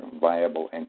viable